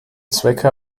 zwecke